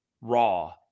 raw